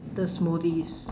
the smoothies